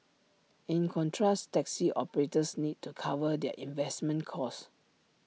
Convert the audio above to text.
in contrast taxi operators need to cover their investment costs